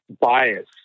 bias